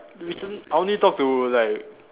recent I only talk to like